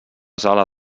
sala